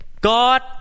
God